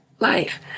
Life